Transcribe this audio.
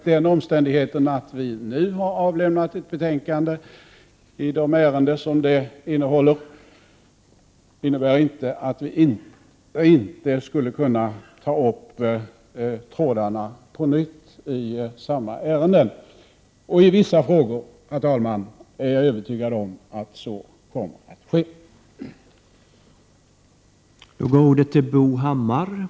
Den omständigheten att vi nu har avlämnat ett betänkande i ett antal ärenden innebär inte att vi inte skulle kunna ta upp trådarna på nytt i samma ärenden. I vissa frågor, herr talman, är jag övertygad om att så kommer att ske.